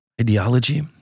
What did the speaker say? ideology